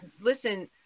Listen